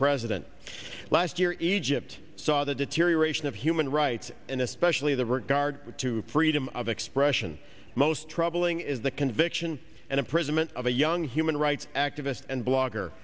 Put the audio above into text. president last year in egypt saw the deterioration of human rights and especially the regard to freedom of expression most troubling is the conviction and imprisonment of a young human rights activist and blogger